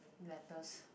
letters